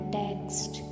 text